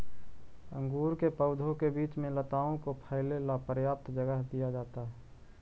अंगूर के पौधों के बीच में लताओं को फैले ला पर्याप्त जगह दिया जाता है